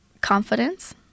Confidence